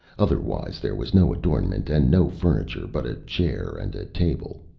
otherwise there was no adornment, and no furniture but a chair and a table,